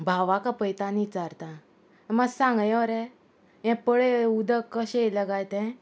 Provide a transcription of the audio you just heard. भावाक आप पयता आनी विचारता मात सांग यो रे हें पळय उदक कशें येयलां काय तें